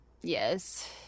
Yes